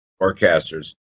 forecasters